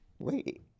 Wait